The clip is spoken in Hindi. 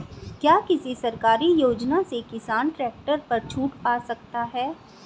क्या किसी सरकारी योजना से किसान ट्रैक्टर पर छूट पा सकता है?